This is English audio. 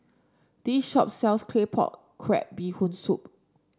this shop sells Claypot Crab Bee Hoon Soup